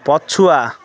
ପଛୁଆ